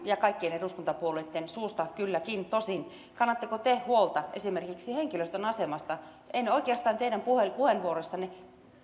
ja kaikkien eduskuntapuolueitten suusta tosin kannatteko te huolta esimerkiksi henkilöstön asemasta en oikeastaan teidän puheenvuoroistanne